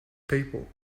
people